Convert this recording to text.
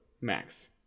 Max